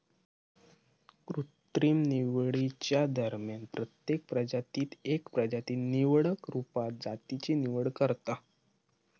कृत्रिम निवडीच्या दरम्यान प्रत्येक प्रजातीत एक प्रजाती निवडक रुपात जातीची निवड करता